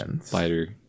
spider